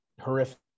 horrific